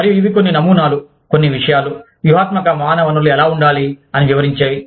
మరియు ఇవి కొన్ని నమూనాలు కొన్ని విషయాలు వ్యూహాత్మక మానవ వనరులు ఎలా ఉండాలి అని వివరించేవి